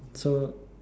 so